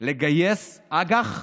לגייס אג"ח